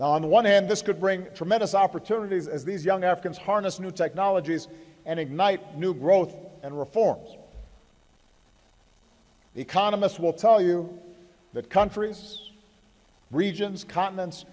the one hand this could bring tremendous opportunities as these young africans harness new technologies and ignite new growth and reforms economists will tell you that countries regions continents